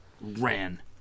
ran